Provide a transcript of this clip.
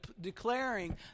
declaring